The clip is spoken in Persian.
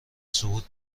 صعود